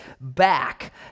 back